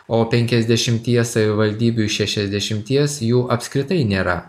o penkiasdešimtyje savivaldybių iš šešiasdešimties jų apskritai nėra